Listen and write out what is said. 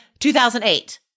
2008